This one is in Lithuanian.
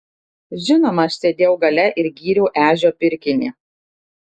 žinoma aš sėdėjau gale ir gyriau ežio pirkinį